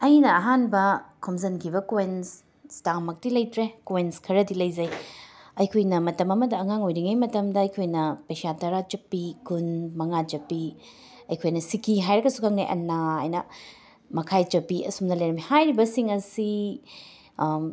ꯑꯩꯅ ꯑꯍꯥꯟꯕ ꯈꯣꯝꯖꯤꯟꯈꯤꯕ ꯀꯣꯏꯟꯁ ꯁ꯭ꯇꯥꯝꯃꯛꯇꯤ ꯂꯩꯇ꯭ꯔꯦ ꯀꯣꯏꯟꯁ ꯈꯔꯗꯤ ꯂꯩꯖꯩ ꯑꯩꯈꯣꯏꯅ ꯃꯇꯝ ꯑꯃꯗ ꯑꯉꯥꯡ ꯑꯣꯏꯔꯤꯉꯩ ꯃꯇꯝꯗ ꯑꯩꯈꯣꯏꯅ ꯄꯩꯁꯥ ꯇꯔꯥ ꯆꯠꯄꯤ ꯀꯨꯟꯃꯉꯥ ꯆꯠꯄꯤ ꯑꯩꯈꯣꯏꯅ ꯁꯤꯀꯤ ꯍꯥꯏꯔꯒꯁꯨ ꯈꯪꯅꯩ ꯑꯟꯅꯥ ꯑꯥꯏꯅ ꯃꯈꯥꯏ ꯆꯠꯄꯤ ꯑꯁꯨꯝꯅ ꯂꯩꯔꯝꯃꯤ ꯍꯥꯏꯔꯤꯕꯁꯤꯡ ꯑꯁꯤ